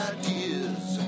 ideas